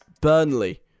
Burnley